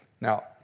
Now